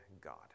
God